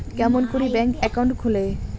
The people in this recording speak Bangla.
কেমন করি ব্যাংক একাউন্ট খুলে?